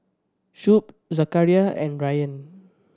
Shuib Zakaria and Ryan